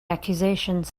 accusations